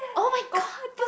oh-my-god you